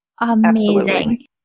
Amazing